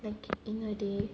like in a day